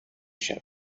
شود